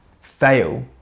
fail